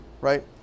Right